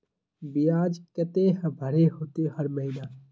बियाज केते भरे होते हर महीना?